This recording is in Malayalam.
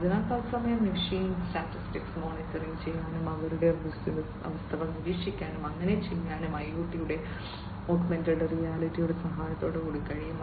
അതിനാൽ തത്സമയ മെഷീൻ സ്റ്റാറ്റസ് മോണിറ്ററിംഗ് ചെയ്യാനും അവരുടെ അവസ്ഥകൾ നിരീക്ഷിക്കാനും അങ്ങനെ ചെയ്യാനും ഐഒടിയുടെയും ഓഗ്മെന്റഡ് റിയാലിറ്റിയുടെയും സഹായത്തോടെ കഴിയും